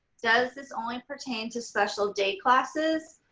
does this only pertain to special day classes?